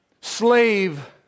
slave